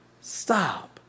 Stop